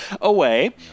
away